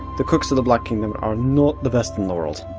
the cooks of the black kingdom are not the best in the world.